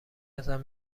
ازم